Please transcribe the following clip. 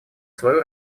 свою